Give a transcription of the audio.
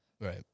Right